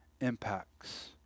impacts